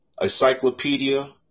Encyclopedia